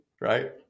right